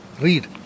read